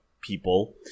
people